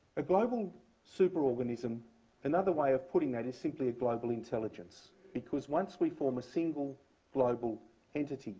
a global superorganism another way of putting that is simply a global intelligence. because once we form a single global entity